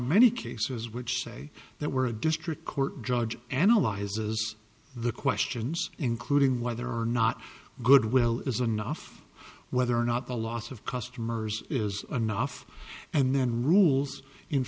many cases which say that where a district court judge analyzes the questions including whether or not goodwill is enough whether or not the loss of customers is enough and then rules in